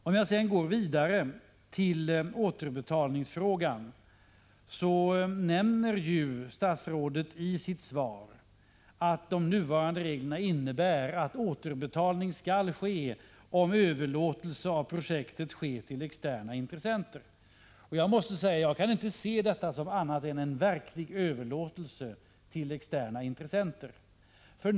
Om jag sedan går vidare till återbetalningsfrågan nämner statsrådet i sitt svar att de nuvarande reglerna innebär att återbetalning skall ske om överlåtelse av projektet sker till externa intressenter. Jag kan inte se detta som annat än en verklig överlåtelse till externa intressenter.